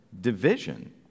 division